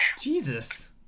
Jesus